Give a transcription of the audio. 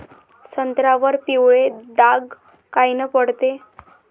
संत्र्यावर पिवळे डाग कायनं पडते?